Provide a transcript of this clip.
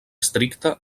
estricte